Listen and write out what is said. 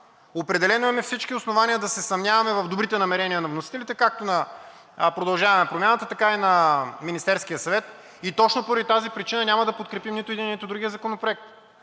Определено имаме всички основания да се съмняваме в добрите намерения на вносителите както на „Продължаваме Промяната“, така и на Министерския съвет и точно поради тази причина няма да подкрепим нито единия, нито другия законопроект.